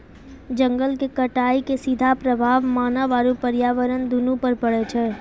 जंगल के कटाइ के सीधा प्रभाव मानव आरू पर्यावरण दूनू पर पड़ै छै